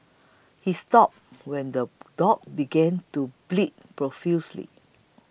he stopped when the dog began to bleed profusely